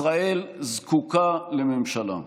ישראל זקוקה לממשלה.